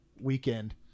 weekend